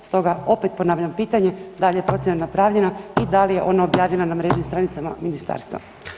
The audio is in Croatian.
Stoga opet ponavljam pitanje, da li je procjena napravljena i da li je ona objavljena na mrežnim stranicama Ministarstva?